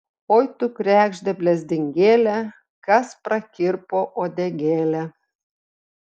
oi tu kregžde blezdingėle kas prakirpo uodegėlę